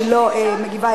של הגזמה,